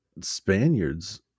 Spaniards